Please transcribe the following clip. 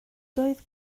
doedd